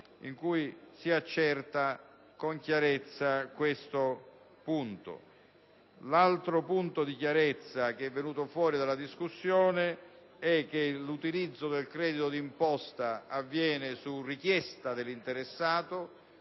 perché si accerta con chiarezza questo punto. L'altro punto di chiarezza che è scaturito dalla discussione riguarda l'utilizzo del credito d'imposta, che avviene su richiesta dell'interessato,